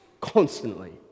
constantly